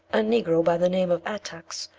a negro, by the name of attucks,